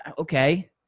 Okay